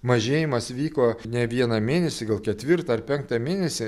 mažėjimas vyko ne vieną mėnesį gal ketvirtą ar penktą mėnesį